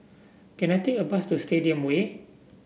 can I take a bus to Stadium Way